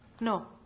No